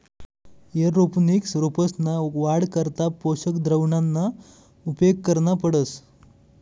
aeroponics रोपंसना वाढ करता पोषक द्रावणना उपेग करना पडस